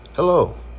Hello